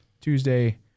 Tuesday